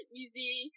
easy